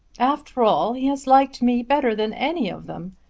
after all he has liked me better than any of them.